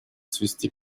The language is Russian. свести